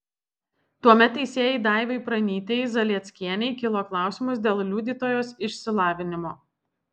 tuomet teisėjai daivai pranytei zalieckienei kilo klausimas dėl liudytojos išsilavinimo